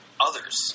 others